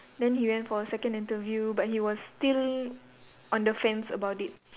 then he went for a second interview but he was still on the fence about it